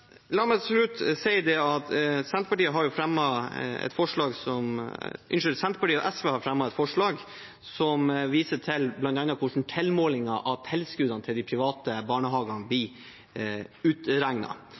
La meg til slutt si at Senterpartiet og SV har fremmet et forslag som viser til bl.a. hvordan tilmålingen av tilskuddene til de private barnehagene